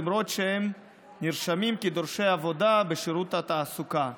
למרות שהם נרשמים כדורשי עבודה בשירות התעסוקה.